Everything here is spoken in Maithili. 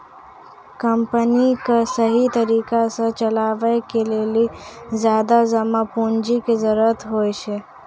कमपनी क सहि तरिका सह चलावे के लेलो ज्यादा जमा पुन्जी के जरुरत होइ छै